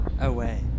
away